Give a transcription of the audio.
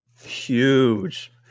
Huge